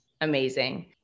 amazing